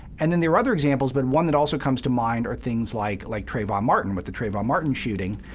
and then there are other examples, but one that also comes to mind are things like like trayvon martin, with the trayvon martin shooting,